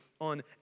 on